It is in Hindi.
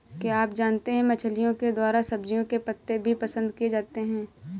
क्या आप जानते है मछलिओं के द्वारा सब्जियों के पत्ते भी पसंद किए जाते है